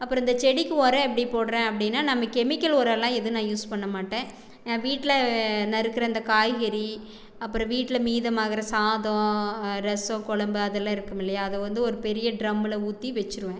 அப்புறம் இந்த செடிக்கு உரம் எப்படி போடுகிறேன் அப்படின்னா நம்ம கெமிக்கல் உரம்லாம் எதுவும் நான் யூஸ் பண்ண மாட்டேன் வீட்டில் நறுக்கிற இந்த காய்கறி அப்புறம் வீட்டில் மீதமாகிற சாதம் ரசோம் குழம்பு அது எல்லாம் இருக்கும் இல்லையா அத வந்து ஒரு பெரிய ட்ரம்மில் ஊற்றி வச்சுருவேன்